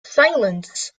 silence